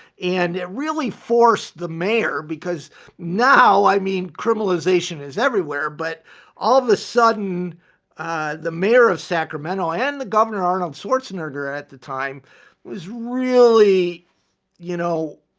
and it really forced the mayor because now i mean, criminalization is everywhere but all of a sudden the mayor of sacramento and the governor arnold schwarzenegger at the time was really you know,